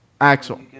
Axel